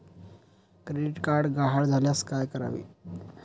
Credit card गहाळ झाल्यास काय करावे?